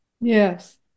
Yes